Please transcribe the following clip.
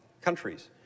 countries